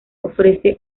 ofrece